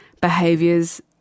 behaviors